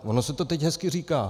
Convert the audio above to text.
Ono se to teď hezky říká.